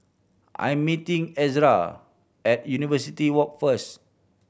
I am meeting Ezra at University Walk first